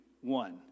one